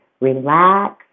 relax